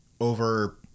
over